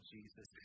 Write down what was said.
Jesus